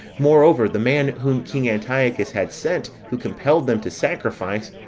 moreover the man whom king antiochus had sent, who compelled them to sacrifice,